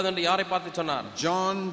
John